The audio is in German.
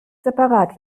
separat